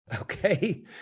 Okay